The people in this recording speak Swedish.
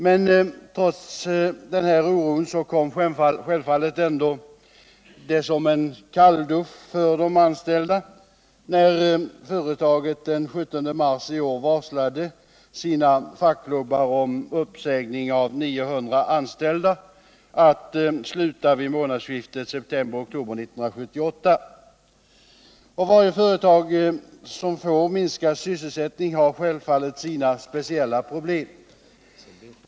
Men trots den här oron kom det självfallet ändå som en kalldusch för de anställda, när företaget den 17 mars i år varslade fackklubbarna om uppsägning av 900 anställda att sluta vid månadsskiftet septemberoktober 1978. Varje företag som får minskad sysselsättning har självfallet sina speciella problem.